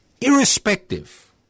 irrespective